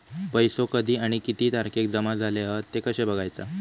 पैसो कधी आणि किती तारखेक जमा झाले हत ते कशे बगायचा?